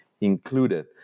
included